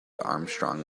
armstrong